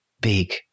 big